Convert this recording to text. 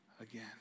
again